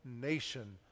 nation